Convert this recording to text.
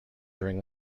during